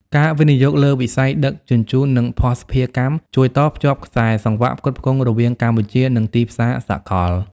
ការវិនិយោគលើវិស័យដឹកជញ្ជូន និងភស្តុភារកម្ម ជួយតភ្ជាប់ខ្សែសង្វាក់ផ្គត់ផ្គង់រវាងកម្ពុជា និងទីផ្សារសកល។